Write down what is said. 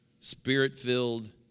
spirit-filled